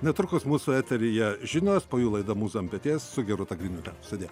netrukus mūsų eteryje žinios po jų laida mūza ant peties su gerūta griniūte sudie